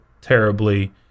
terribly